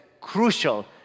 crucial